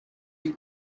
and